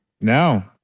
No